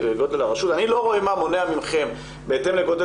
אני לא רואה מה מונע מכם בהתאם לגודל